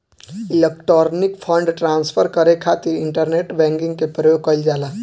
electronic fund transfer करे खातिर internet banking के प्रयोग कईल जाला